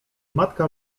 matka